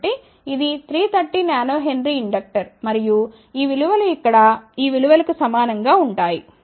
కాబట్టి ఇది 330 nH inductor మరియు ఈ విలువ లు ఇక్కడ ఈ విలువ కు సమానం గా ఉంటాయి